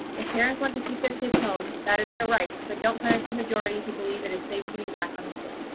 if parents want to keep their kids home. that is their right but don't punish the majority who believe it is safe to be back on the field.